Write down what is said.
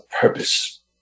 purpose